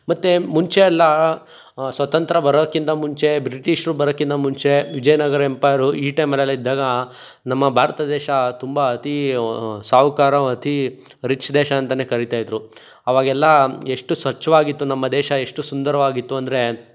ಮತ್ತು ಮುಂಚೆಯೆಲ್ಲಾ ಸ್ವತಂತ್ರ ಬರೋಕ್ಕಿಂತ ಮುಂಚೆ ಬ್ರಿಟಿಷರು ಬರೋಕಿನ್ನ ಮುಂಚೆ ವಿಜಯನಗರ ಎಂಪೈರು ಈ ಟೈಮಲೆಲ ಇದ್ದಾಗ ನಮ್ಮ ಭಾರತ ದೇಶ ತುಂಬ ಅತೀ ಸಾಹುಕಾರ ಅತೀ ರಿಚ್ ದೇಶ ಅಂತ ಕರೀತಾಯಿದ್ರು ಅವಾಗೆಲ್ಲ ಎಷ್ಟು ಸ್ವಚ್ವಾಗಿತ್ತು ನಮ್ಮ ದೇಶ ಎಷ್ಟು ಸುಂದರವಾಗಿತ್ತು ಅಂದರೆ